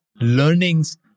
learnings